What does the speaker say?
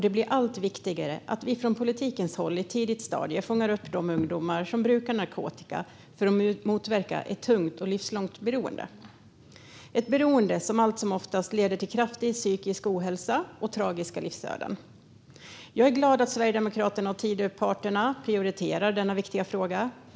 Det blir allt viktigare att vi från politikens håll i ett tidigt stadium fångar upp de ungdomar som brukar narkotika för att motverka ett tungt och livslångt beroende, ett beroende som allt som oftast leder till en kraftig psykisk ohälsa och till tragiska livsöden. Jag är glad över att Sverigedemokraterna och Tidöparterna prioriterar denna viktiga fråga.